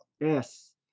Yes